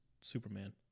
Superman